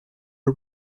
are